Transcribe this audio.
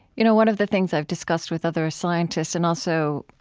you know, one of the things i've discussed with other ah scientists and also